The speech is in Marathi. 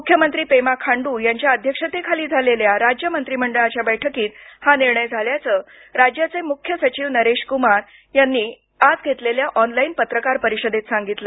मुख्यमंत्री पेमा खांडू यांच्या अध्यक्षतेखाली झालेल्या राज्य मंत्रीमंडळाच्या बैठकीत हा निर्णय झाल्याचं राज्याचे मुख्य सचिव नरेश कुमार यांनी आज घेतलेल्या ऑनलाईन पत्रकार परिषदेत सांगितलं